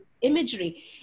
imagery